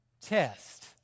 test